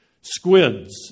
squids